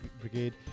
Brigade